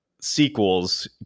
sequels